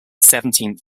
seventeenth